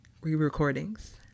re-recordings